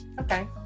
okay